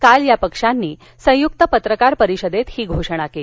काल या पक्षांनी संयुक्त पत्रकार परिषदेत ही घोषणा केली